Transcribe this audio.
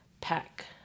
pack